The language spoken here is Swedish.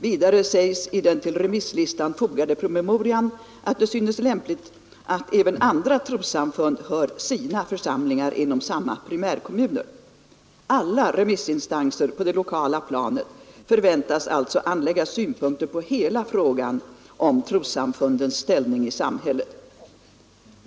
Vidare sägs i den till remisslistan fogade promemorian att det synes vara lämpligt att även andra trossamfund hör ”sina” församlingar inom samma primärkommuner. Alla remissinstanser på det lokala planet förväntas alltså anlägga synpunkter på hela frågan om trossamfundens ställning i samhället.